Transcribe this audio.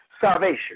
salvation